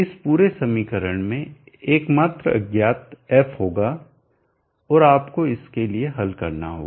इस पूरे समीकरण में एकमात्र अज्ञात f होगा और आपको इसके लिए हल करना होगा